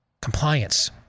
compliance